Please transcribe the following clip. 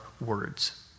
words